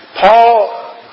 Paul